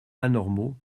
anormaux